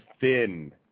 thin